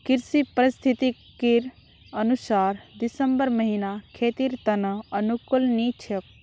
कृषि पारिस्थितिकीर अनुसार दिसंबर महीना खेतीर त न अनुकूल नी छोक